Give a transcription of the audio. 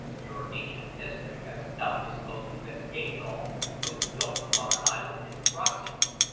your ancient history has doubtless told you that gathol was built upon an island in throxeus,